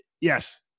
yes